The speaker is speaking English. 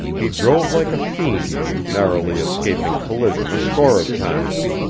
he drove like a fiend, narrowly escaping collision a score of times.